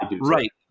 right